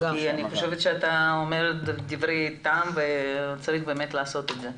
כי אני חושבת שאתה אומר דברי טעם וצריך באמת לעשות את זה.